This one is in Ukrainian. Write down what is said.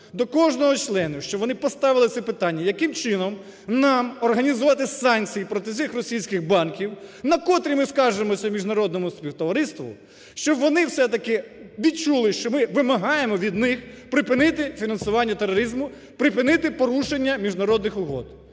до кожного з членів, щоб вони поставили це питання: яким чином нам організувати санкції проти цих російських банків, на котрі ми скаржимося міжнародному співтовариству, щоб вони все-таки відчули, що ми вимагає від них припинити фінансування тероризму, припинити порушення міжнародних угод.